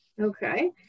Okay